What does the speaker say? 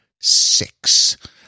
six